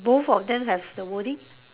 both of them has the wording